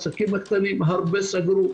הרבה עסקים קטנים סגרו.